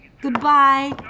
Goodbye